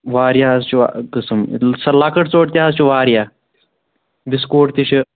واریاہ حظ چھِ قٕسٕم سۅ لۅکٕٹۍ ژوٚٹ تہِ حظ چھِ واریاہ بِسکوٗٹ تہِ چھِ